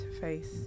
face